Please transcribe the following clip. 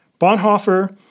Bonhoeffer